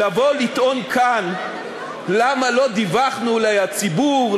לבוא לטעון כאן למה לא דיווחנו לציבור,